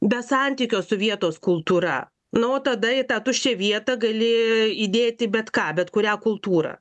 be santykio su vietos kultūra nu o tada į tą tuščią vietą gali įdėti bet ką bet kurią kultūrą